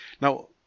Now